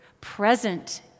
present